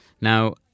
now